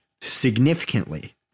significantly